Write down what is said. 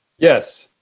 yes.